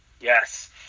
Yes